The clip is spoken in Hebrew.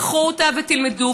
קחו אותה ותלמדו,